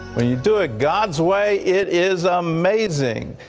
when you do it god's way, it is amazing.